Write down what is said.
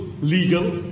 legal